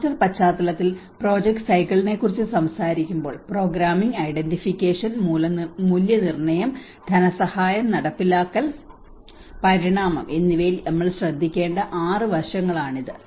disaster പശ്ചാത്തലത്തിൽ project സൈക്കിളിനെക്കുറിച്ച് സംസാരിക്കുമ്പോൾ പ്രോഗ്രാമിംഗ് ഐഡന്റിഫിക്കേഷൻ മൂല്യനിർണ്ണയം ധനസഹായം നടപ്പാക്കൽ പരിണാമം എന്നിവയിൽ നമ്മൾ ശ്രദ്ധിക്കേണ്ട 6 വശങ്ങളാണിത്